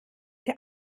der